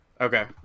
okay